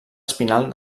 espinal